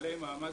לבעלי מעמד